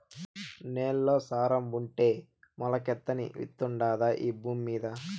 నేల్లో సారం ఉంటే మొలకెత్తని విత్తుండాదా ఈ భూమ్మీద